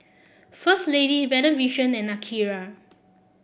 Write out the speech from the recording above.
First Lady Better Vision and Akira